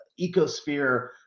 ecosphere